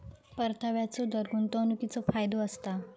परताव्याचो दर गुंतवणीकीचो फायदो असता